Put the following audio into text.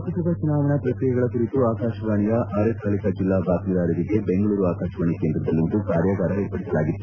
ಲೋಕಸಭಾ ಚುನಾವಣಾ ಪ್ರಕ್ರಿಯೆಗಳ ಕುರಿತು ಆಕಾಶವಾಣಿಯ ಅರೆಕಾಲಿಕ ಜಿಲ್ಲಾ ಬಾತ್ತೀದಾರರಿಗೆ ಬೆಂಗಳೂರು ಆಕಾಶವಾಣಿ ಕೇಂದ್ರದಲ್ಲಿಂದು ಕಾರ್ಯಾಗಾರ ಏರ್ಪಡಿಸಲಾಗಿತ್ತು